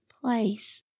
place